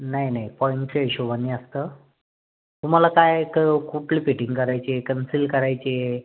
नाही नाही पॉइंटच्या हिशोबाने असतं तुम्हाला काय क कुठली फिटिंग करायची आहे कन्सील करायची आहे